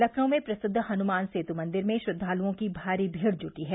लखनऊ में प्रसिद्ध हनुमान सेतु मंदिर में श्रद्वालुओं की भारी भीड़ जुटी है